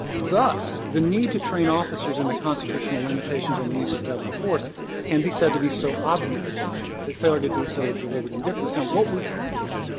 thus, the need to train officers in the constitutional limitations on the use of deadly force can be said to be so obvious that the failure to do so is deliberate indifference. now, what we have there,